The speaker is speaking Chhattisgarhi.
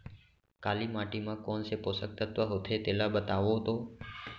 काली माटी म कोन से पोसक तत्व होथे तेला बताओ तो?